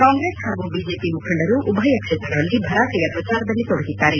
ಕಾಂಗ್ರೆಸ್ ಹಾಗೂ ಬಿಜೆಪಿ ಮುಖಂಡರು ಉಭಯ ಕ್ಷೇತ್ರಗಳಲ್ಲಿ ಭರಾಟೆಯ ಪ್ರಚಾರದಲ್ಲಿ ತೊಡಗಿದ್ದಾರೆ